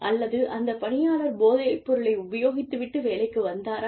அல்லது அந்த பணியாளர் போதைப்பொருளை உபயோகித்துவிட்டு வேலைக்கு வந்தாரா